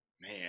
Man